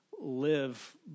live